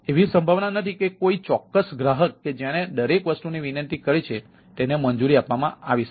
એવી સંભાવના નથી કે કોઈ ચોક્કસ ગ્રાહક કે જેણે દરેક વસ્તુની વિનંતી કરી છે તેને મંજૂરી આપવામાં આવી છે